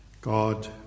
God